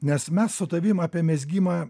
nes mes su tavim apie mezgimą